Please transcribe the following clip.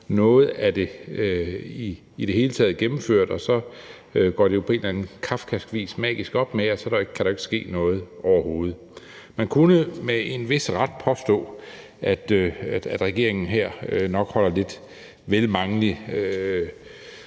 taget kan få noget af det gennemført. Og så går det jo på en eller anden kafkask vis magisk op med, at der så ikke kan ske noget overhovedet. Man kunne med en vis ret påstå, at regeringen her nok holder lidt vel mange